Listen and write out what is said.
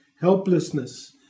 helplessness